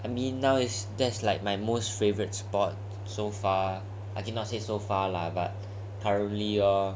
I mean now its that's like my most favourite sport so far I mean not say so far lah but currently orh